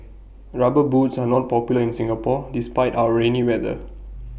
rubber boots are not popular in Singapore despite our rainy weather